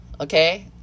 Okay